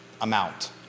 amount